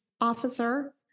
officer